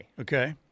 Okay